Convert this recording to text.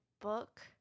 book